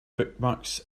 bookmarks